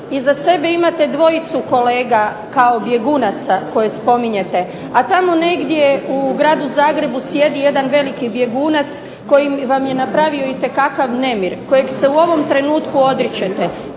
Iza sebe imate dvojicu kolega kao bjegunaca koje spominjete, a tamo negdje u Gradu Zagrebu sjedi jedan veliki bjegunac koji vam je napravio itekakav nemir, kojeg se u ovom trenutku odričete.